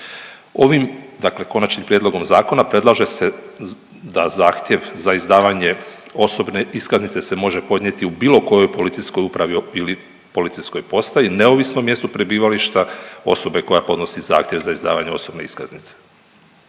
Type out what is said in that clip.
Ovim konačnim prijedlogom zakona predlaže se da zahtjev za izdavanje osobne iskaznice se može podnijeti u bilo kojoj policijskoj upravi ili policijskoj postaji neovisno o mjestu prebivališta osobe koja podnosi zahtjev za izdavanje osobne iskaznice.